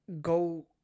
go